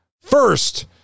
first